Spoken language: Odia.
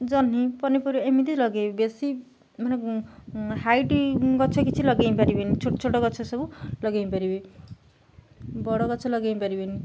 ଜହ୍ନି ପନିପରିବା ଏମିତି ଲଗେଇବେ ବେଶୀ ମାନେ ହାଇଟ୍ ଗଛ କିଛି ଲଗେଇ ପାରିବେନି ଛୋଟ ଛୋଟ ଗଛ ସବୁ ଲଗେଇ ପାରିବେ ବଡ଼ ଗଛ ଲଗେଇ ପାରିବେନି